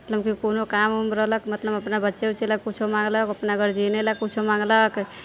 मतलबकी कोनो काम उम रहलऽ मतलब अपना बच्चा उच्चे लेल कुछो माँगलक अपना गार्जियने लेल कुछो माँगलक